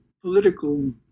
political